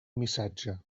missatge